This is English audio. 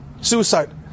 Suicide